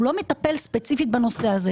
הוא לא מטפל ספציפית בנושא הזה.